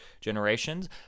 generations